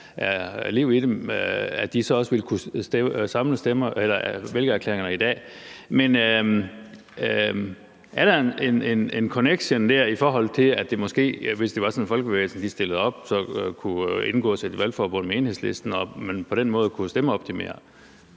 i dem, ville kunne samle vælgererklæringer. Men er der en forbindelse, i forhold til at der måske, hvis det var sådan, at Folkebevægelsen stillede op, kunne indgås et valgforbund med Enhedslisten, og at man på den måde kunne stemmeoptimere?